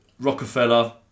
Rockefeller